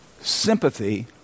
sympathy